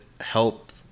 help